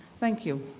thank you